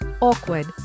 awkward